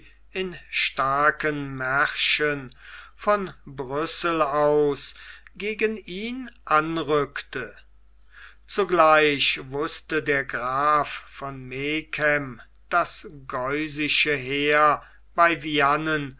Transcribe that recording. in starken märschen von brüssel aus gegen ihn anrückte zugleich wußte der graf von megen das geusische heer bei viane